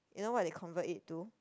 you know what they convert it to